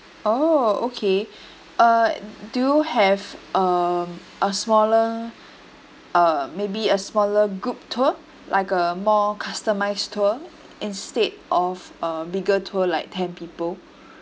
oh okay uh do you have um a smaller uh maybe a smaller group tour like a more customised tour instead of a bigger tour like ten people